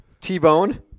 t-bone